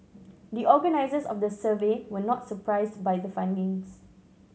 the organisers of the survey were not surprised by the findings